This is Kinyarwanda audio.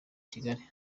kigali